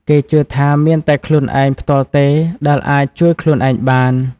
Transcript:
គេជឿថាមានតែខ្លួនឯងផ្ទាល់ទេដែលអាចជួយខ្លួនឯងបាន។